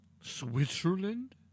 Switzerland